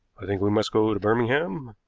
i think we must go to birmingham,